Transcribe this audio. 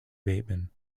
bateman